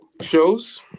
Shows